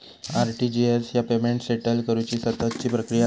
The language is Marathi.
आर.टी.जी.एस ह्या पेमेंट सेटल करुची सततची प्रक्रिया असा